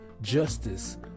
justice